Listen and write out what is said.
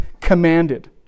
commanded